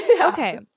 Okay